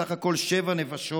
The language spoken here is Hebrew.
בסך הכול שבע נפשות.